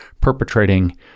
perpetrating